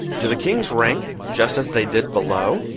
do the kings rank just as they did below